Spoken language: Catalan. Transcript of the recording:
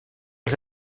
els